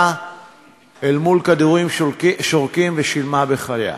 אל מול כדורים שורקים ושילמה בחייה.